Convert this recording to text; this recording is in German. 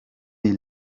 die